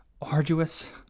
arduous